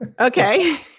Okay